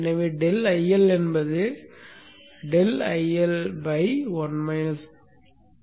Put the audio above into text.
எனவே ∆IL என்பது ∆IL Ts